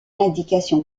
indication